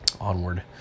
onward